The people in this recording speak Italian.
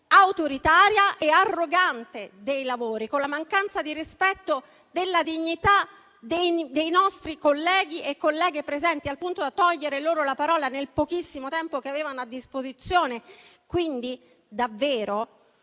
autoritaria e arrogante, con la mancanza di rispetto della dignità dei colleghi e delle colleghe presenti, al punto da togliere loro la parola nel pochissimo tempo che avevano a disposizione. Invito